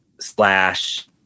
slash